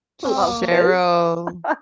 Cheryl